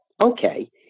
okay